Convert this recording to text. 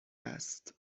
هست